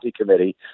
Committee